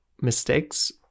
mistakes